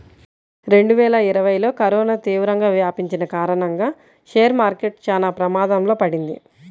రెండువేల ఇరవైలో కరోనా తీవ్రంగా వ్యాపించిన కారణంగా షేర్ మార్కెట్ చానా ప్రమాదంలో పడింది